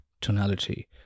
Tonality